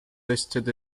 listed